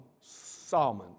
Salmon